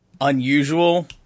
unusual